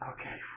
Okay